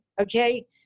Okay